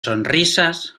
sonrisas